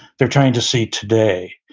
they're trying to see today,